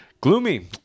gloomy